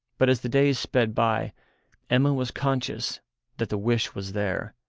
but as the days sped by emma was conscious that the wish was there,